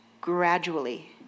gradually